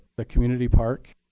the community park